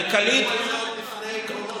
כלכלית, עוד לפני הקורונה.